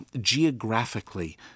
geographically